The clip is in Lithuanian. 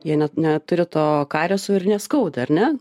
jie net neturi to karieso ir neskauda ar ne